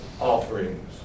offerings